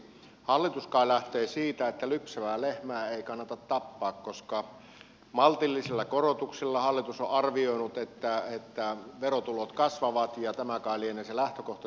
hallitus kai lähtee siitä että lypsävää lehmää ei kannata tappaa koska hallitus on arvioinut että maltillisilla korotuksilla verotulot kasvavat tämä kai lienee se lähtökohta syy ollut